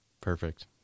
Perfect